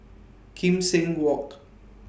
Kim Seng Walk